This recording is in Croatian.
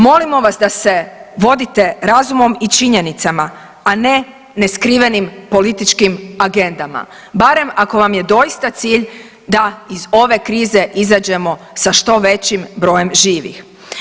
Molimo vas da se vodite razumom i činjenicama, a ne neskrivenim političkim agendama barem ako vam je doista cilj da iz ove krize izađemo sa što većim brojem živih.